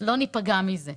לא ניפגע מזה.